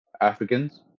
Africans